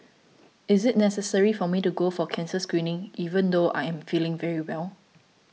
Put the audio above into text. is it necessary for me to go for cancer screening even though I am feeling very well